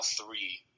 three